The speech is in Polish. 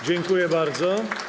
Dziękuję bardzo.